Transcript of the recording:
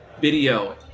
video